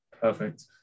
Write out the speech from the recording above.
perfect